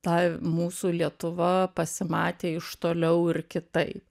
ta mūsų lietuva pasimatė iš toliau ir kitaip